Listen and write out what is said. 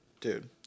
Dude